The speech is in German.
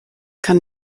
kann